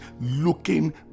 looking